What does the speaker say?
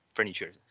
furniture